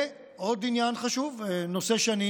ועוד עניין חשוב, נושא שאני